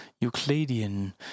euclidean